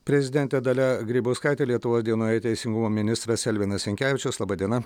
prezidentė dalia grybauskaitė lietuvos dienoje teisingumo ministras elvinas jankevičius laba diena